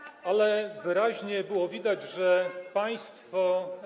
Ale wyraźnie było widać, że państwo.